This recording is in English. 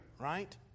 right